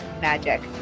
magic